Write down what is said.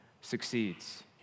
succeeds